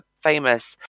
famous